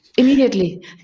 Immediately